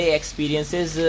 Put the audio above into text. experiences